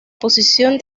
posición